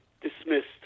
dismissed